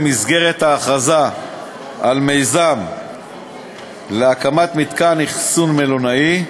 במסגרת ההכרזה על מיזם להקמת מתקן אכסון מלונאי,